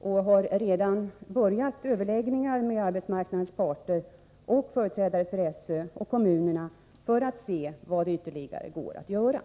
Jag har redan inlett överläggningar med arbetsmarknadens parter och med företrädare för sÖ och kommunerna för att se vad som ytteriigare kan göras.